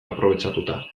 aprobetxatuta